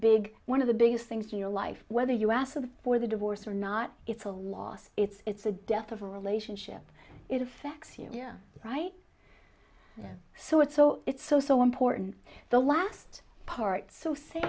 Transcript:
big one of the biggest things in your life whether you asked for the divorce or not it's a loss it's it's the death of a relationship it affects you yeah right so it's oh it's so so important the last part so say